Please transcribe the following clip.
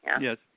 Yes